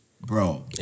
Bro